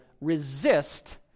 resist